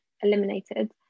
eliminated